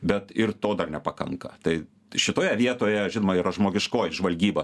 bet ir to dar nepakanka tai šitoje vietoje žinoma yra žmogiškoji žvalgyba